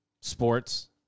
Sports